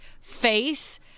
face